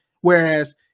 Whereas